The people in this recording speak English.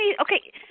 okay –